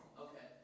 Okay